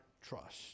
trust